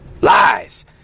lies